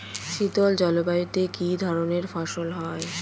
শীতল জলবায়ুতে কি ধরনের ফসল হয়?